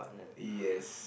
yes